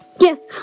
Yes